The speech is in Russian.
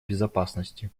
безопасности